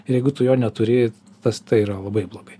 jeigu tu jo neturi tas tai yra labai blogai